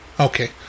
okay